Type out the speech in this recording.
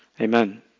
Amen